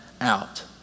out